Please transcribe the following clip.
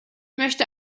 möchte